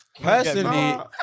Personally